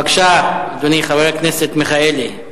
בבקשה, אדוני, חבר הכנסת מיכאלי.